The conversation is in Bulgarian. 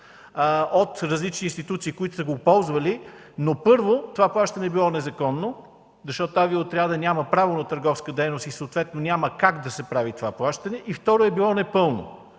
от различни институции, които са го ползвали. Но, първо, това плащане е било незаконно, защото авиоотрядът няма право на търговска дейност и съответно няма как да се прави това плащане и, второ, е било непълно,